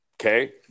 Okay